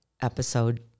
episode